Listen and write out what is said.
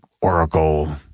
Oracle